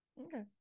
Okay